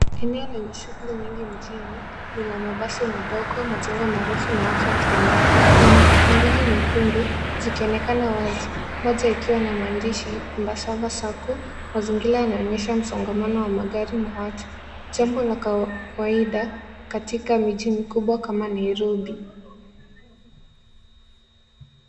Eneo lenye shughuli nyingi mjini, lina mabasi madogo majengo marefu na watu wakitembea. Kuna matatu mbili nyekundu zikionekana wazi moja ikiwa na maandishi Embassava Sacco . Mazingira yanaonyesha mzongamano wa magari na watu, jambo la kawaida katika mji mkubwa kama Nairobi.